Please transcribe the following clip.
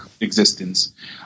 existence